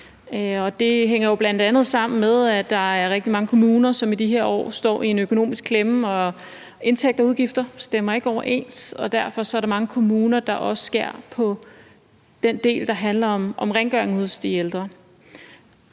det hænger jo bl.a. sammen med, at der er rigtig mange kommuner, som i de her år står i en økonomisk klemme, hvor indtægter og udgifter ikke stemmer overens, og der derfor også er mange kommuner, der skærer ned på den del, der handler om rengøringen hos de ældre.